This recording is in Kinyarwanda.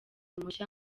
mushya